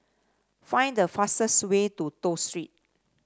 find the fastest way to Toh Street